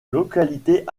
localité